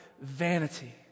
vanity